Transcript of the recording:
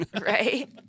Right